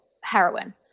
heroin